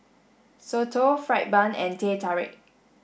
Soto fried bun and Teh Tarik